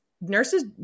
Nurses